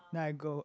then I go